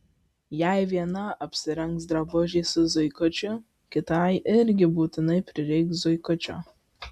jei viena apsirengs drabužį su zuikučiu kitai irgi būtinai prireiks zuikučio